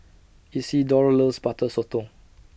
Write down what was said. Isidore loves Butter Sotong